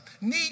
need